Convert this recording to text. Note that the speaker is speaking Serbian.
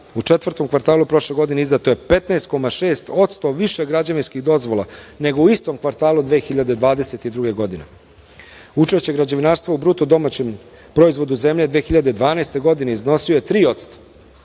U četvrtom kvartalu prošle godine izdato je 15,6% više građevinskih dozvola nego u istom kvartalu 2022. godine. Učešće građevinarstva u BDP proizvodu zemlje 2012. godine iznosio je 3%,